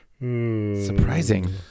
Surprising